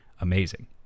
amazing